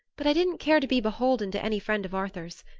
but i didn't care to be beholden to any friend of arthur's.